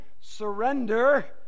surrender